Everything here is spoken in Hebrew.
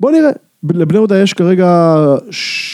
בוא נראה, לבני יהודה יש כרגע...